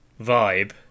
vibe